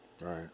Right